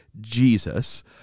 Jesus